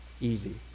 easy